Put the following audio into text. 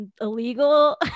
illegal